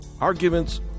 Arguments